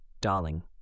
darling